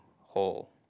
whole